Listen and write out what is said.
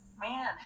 Man